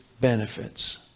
benefits